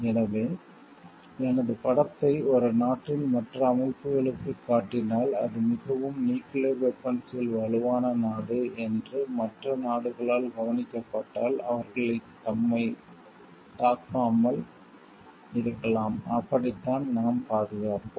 எனவே எனது படத்தை ஒரு நாட்டின் மற்ற அமைப்புகளுக்குக் காட்டினால் அது மிகவும் நியூக்கிளியர் வெபன்ஸ்ஸில் வலுவான நாடு என்று மற்ற நாடுகளால் கணிக்கப்பட்டால் அவர்கள் நம்மைத் தாக்காமல் இருக்கலாம் அப்படித்தான் நாம் பாதுகாப்போம்